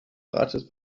rates